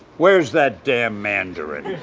where is that damn mandarin?